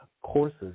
courses